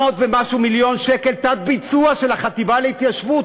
400 ומשהו מיליון שקל תת-ביצוע של החטיבה להתיישבות,